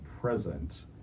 present